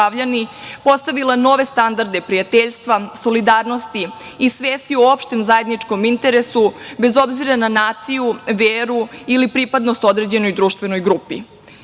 postavila nove standarde prijateljstva, solidarnosti i svesti o opštem zajedničkom interesu, bez obzira na naciju, veru ili pripadnost određenoj društvenoj grupi. Srbija